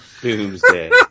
Doomsday